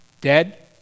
dead